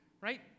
right